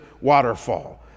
waterfall